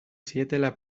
zietela